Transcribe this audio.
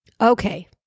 Okay